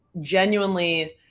genuinely